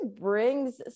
brings